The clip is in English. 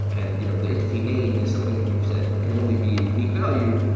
and you know the entity name is something you said can only be a unique value.